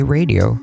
Radio